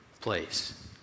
place